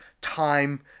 time